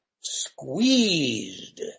squeezed